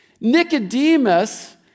Nicodemus